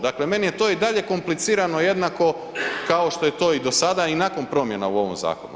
Dakle meni je to i dalje komplicirano jednako kao što je to i do sada i nakon promjena u ovom zakonu.